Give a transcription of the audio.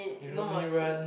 illumi run